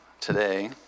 today